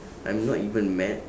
I'm not even mad